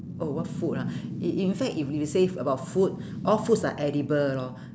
oh what food ah in in fact if you say about food all foods are edible lor